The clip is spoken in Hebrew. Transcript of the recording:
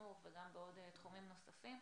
בחינוך וגם בתחומים נוספים,